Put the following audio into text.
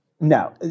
no